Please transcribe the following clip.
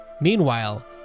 Meanwhile